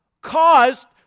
caused